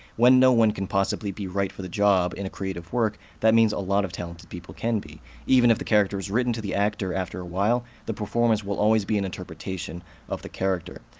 when no one can possibly be right for the job in a creative work, that means a lot of talented people can be even if the character is written to the actor after a while, the performance will always be an interpretation of the character.